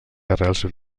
arrels